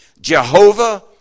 Jehovah